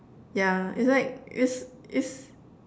yeah it's like it's it's